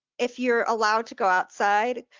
if you're allowed to go outside,